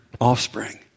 offspring